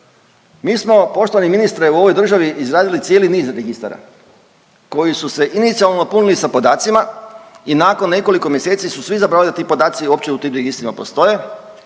Mi smo poštovani ministre u ovoj državi izradili cijeli niz registara koji su se inicijalno punili sa podacima i nakon nekoliko mjeseci su svi zaboravili da ti podaci uopće u tim registrima postoje,